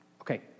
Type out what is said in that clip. Okay